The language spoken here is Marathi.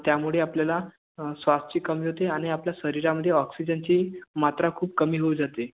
त्यामुळे आपल्याला श्वासची कमी होते आणि आपल्या शरीरामध्ये ऑक्सिजनची मात्रा खूप कमी हू जाते